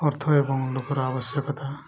ଅର୍ଥ ଏବଂ ଲୋକର ଆବଶ୍ୟକତା